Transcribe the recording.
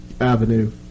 Avenue